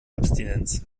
abstinenz